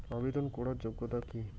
আবেদন করার যোগ্যতা কি?